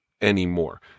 anymore